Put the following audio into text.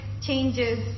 changes